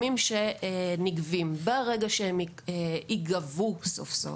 כאשר הם ייגבו סוף-סוף,